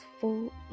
full